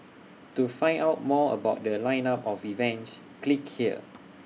to find out more about The Line up of events click here